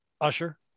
Usher